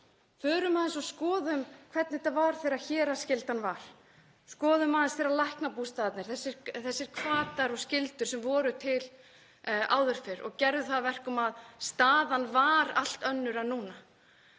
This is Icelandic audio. Förum aðeins og skoðum hvernig þetta var þegar héraðsskyldan var. Skoðum aðeins þegar læknabústaðirnir voru og hétu, þessir hvatar og skyldur sem voru til áður fyrr, og gerðu það að verkum að staðan var allt önnur en núna.